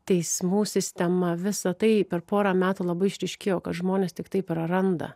teismų sistema visa tai per porą metų labai išryškėjo kad žmonės tiktai praranda